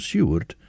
Seward